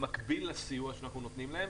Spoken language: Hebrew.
במקביל לסיוע שאנחנו נותנים להם.